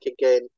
again